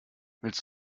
willst